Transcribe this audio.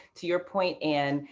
to your point, anne,